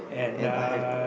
and I had